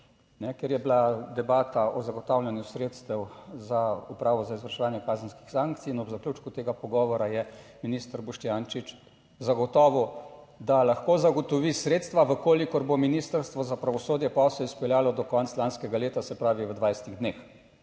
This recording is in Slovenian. ker je bila debata o zagotavljanju sredstev za Upravo za izvrševanje kazenskih sankcij in ob zaključku tega pogovora je minister Boštjančič zagotovil, da lahko zagotovi sredstva v kolikor bo Ministrstvo za pravosodje posel speljalo do konca lanskega leta, se pravi v 20 dneh.